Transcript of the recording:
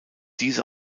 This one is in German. diese